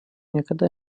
niekada